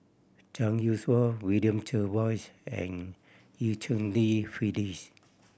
Zhang Youshuo William Jervois and Eu Cheng Li Phyllis